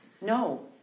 No